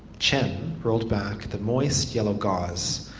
chen rolled back the moist, yellow gauze.